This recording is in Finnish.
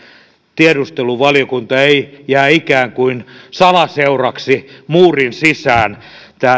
tiedusteluvaliokunta ei jää ikään kuin salaseuraksi muurin sisään